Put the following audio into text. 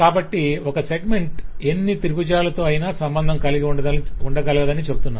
కాబట్టి ఒక సెగ్మెంట్ ఎన్ని త్రిభుజాలతో అయినా సంబంధం కలిగి ఉండగలదని చెబుతున్నాము